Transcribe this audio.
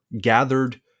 gathered